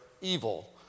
evil